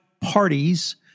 parties